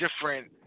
different